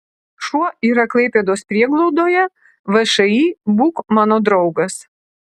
šuo yra klaipėdos prieglaudoje všį būk mano draugas